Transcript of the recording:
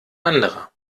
anderer